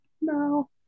No